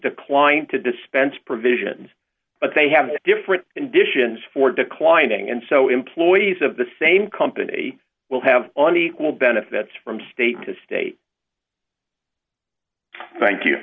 declined to dispense provisions but they have different conditions for declining and so employees of the same company will have on equal benefits from state to state thank you